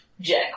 Jack